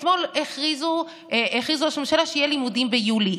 אתמול הכריז ראש הממשלה שיהיו לימודים ביולי.